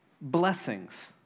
blessings